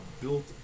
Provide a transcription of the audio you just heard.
built